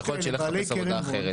שיכול להיות שיחפש עבודה אחרת.